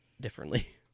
differently